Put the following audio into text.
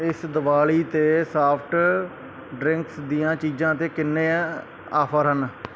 ਇਸ ਦੀਵਾਲੀ 'ਤੇ soft drinks ਦੀਆਂ ਚੀਜ਼ਾਂ 'ਤੇ ਕਿੰਨੇ ਆਫਰ ਹਨ